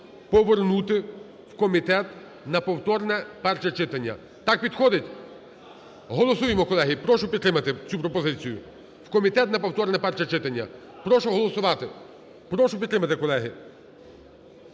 повернути в комітет на повторне перше читання. Так підходить? Голосуємо, колеги, прошу підтримати цю пропозицію: в комітет на повторне перше читання. Прошу голосувати. Прошу підтримати, колеги.